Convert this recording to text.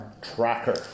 tracker